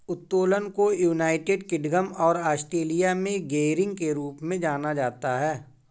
उत्तोलन को United Kingdom और ऑस्ट्रेलिया में गियरिंग के रूप में जाना जाता है